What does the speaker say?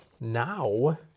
Now